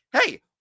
Hey